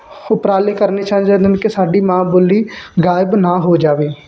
ਉਪਰਾਲੇ ਕਰਨੇ ਚਾਹੀਦੇ ਹਨ ਕਿ ਸਾਡੀ ਮਾਂ ਬੋਲੀ ਗਾਇਬ ਨਾ ਹੋ ਜਾਵੇ